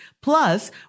plus